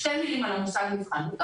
שתי מילים על המושג 'מבחן מותאם',